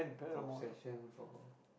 obsession for